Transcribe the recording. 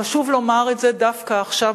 חשוב לומר את זה דווקא עכשיו,